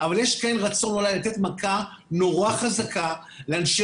אבל כן יש רצון אולי לתת מכה נורא חזקה לאנשי